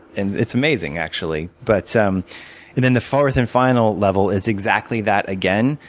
and it's amazing actually. but so um and then, the fourth and final level is exactly that again,